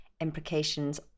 implications